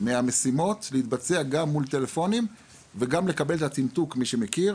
מהמשימות להתבצע גם מול טלפונים וגם לקבל את הצינתוק מי שמכיר,